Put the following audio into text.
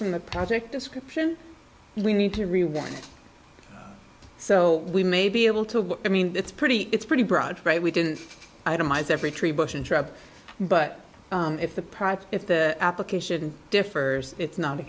from the project description we need to rewind so we may be able to i mean it's pretty it's pretty broad right we didn't itemize every tree bush in trouble but if the product if the application differs it's not